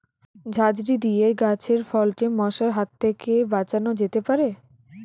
ঝাঁঝরি দিয়ে গাছের ফলকে মশার হাত থেকে বাঁচানো যেতে পারে?